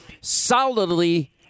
solidly